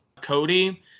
Cody